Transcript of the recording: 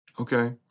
Okay